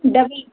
डबी